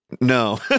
no